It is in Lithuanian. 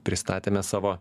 pristatyme savo